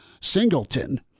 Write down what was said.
Singleton